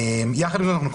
יחד עם זאת אנחנו,